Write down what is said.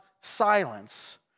silence